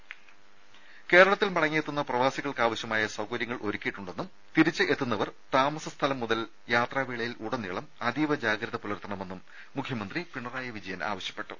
രംഭ കേരളത്തിൽ മടങ്ങിയെത്തുന്ന പ്രവാസികൾക്കാവശ്യമായ സൌകര്യങ്ങൾ ഒരുക്കിയിട്ടുണ്ടെന്നും തിരിച്ചെത്തുന്നവർ താമസ സ്ഥലം മുതൽ യാത്രാ വേളയിൽ ഉടനീളം അതീവ ജാഗ്രത പുലർത്തണമെന്നും മുഖ്യമന്ത്രി പിണറായി വിജയൻ ആവശ്യപ്പെട്ടു